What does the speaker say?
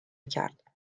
کرد